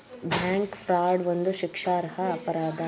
bank fraud ಒಂದು ಶಿಕ್ಷಾರ್ಹ ಅಪರಾಧ